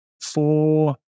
four